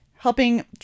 Helping